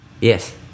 Yes